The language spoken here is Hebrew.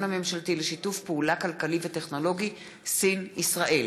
הממשלתי לשיתוף פעולה כלכלי וטכנולוגי סין ישראל.